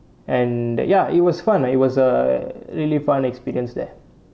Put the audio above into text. and uh ya it was fun lah it was a really fun experience there